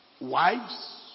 Wives